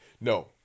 No